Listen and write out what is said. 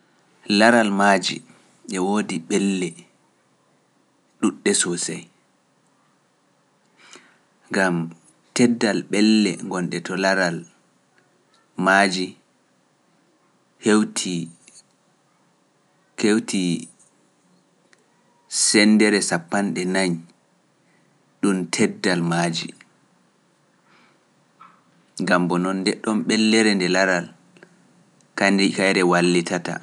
Laral maaji e woodi ɓelle ɗuuɗɗe soosey, ngam teddal ɓelle gonɗe to laral maaji hewtii - keewtii senndere sappanɗe nayi ɗum teddal maaji, ngam boo non ndenɗon ɓellere nde laral ka ndi kayre wallitata.